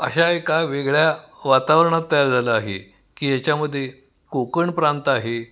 अशा एका वेगळ्या वातावरणात तयार झालं आहे की याच्यामध्ये कोकणप्रांत आहे